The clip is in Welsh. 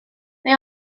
mae